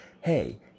Hey